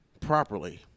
properly